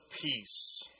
peace